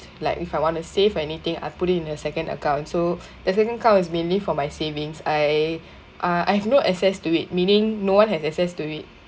like if I want to save anything I put it in a second account so that second account is mainly for my savings I uh I have no access to it meaning no one has access to it